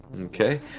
Okay